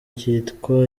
cyitwa